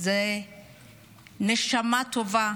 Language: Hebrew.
זה נשמה טובה,